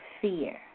fear